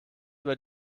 über